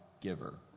giver